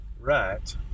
right